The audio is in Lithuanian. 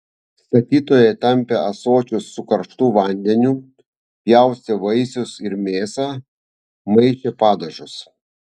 statytojai tampė ąsočius su karštu vandeniu pjaustė vaisius ir mėsą maišė padažus